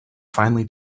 finally